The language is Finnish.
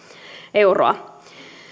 euroa